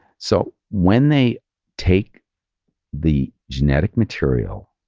so when they take the genetic material,